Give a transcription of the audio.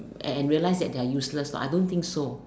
and and realised that they're useless but I don't think so